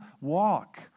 walk